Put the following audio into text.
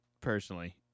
personally